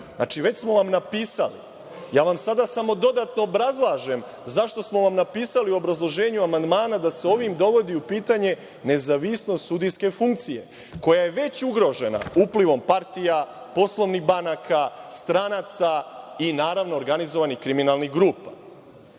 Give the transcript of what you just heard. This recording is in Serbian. već smo vam napisali. Ja vam sada samo dodatno obrazlažem zašto smo vam napisali u obrazloženju amandmana da se ovim dovodi u pitanje nezavisnost sudijske funkcije koja je već ugrožena uplivom partija, poslovnih banaka, stranaca i, naravno, organizovanih kriminalnih grupa. Svi